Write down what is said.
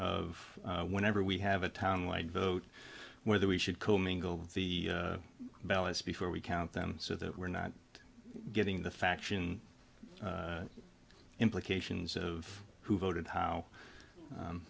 of whenever we have a town like vote whether we should commingle the ballots before we count them so that we're not getting the faction implications of who voted how